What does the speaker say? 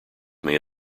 may